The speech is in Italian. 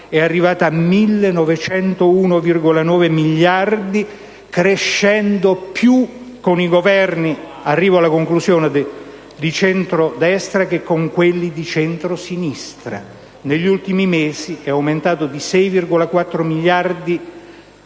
è arrivato a 1.901,9 miliardi, crescendo più con i Governi di centrodestra che con quelli di centrosinistra. Negli ultimi mesi esso è aumentato di 6,4 miliardi